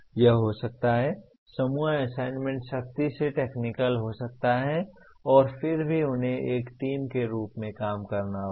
यह हो सकता है समूह असाइनमेंट सख्ती से टेक्निकल हो सकता है और फिर भी उन्हें एक टीम के रूप में काम करना होगा